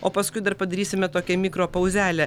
o paskui dar padarysime tokią mikro pauzelę